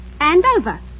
Andover